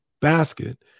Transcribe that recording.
basket